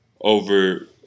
over